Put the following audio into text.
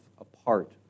apart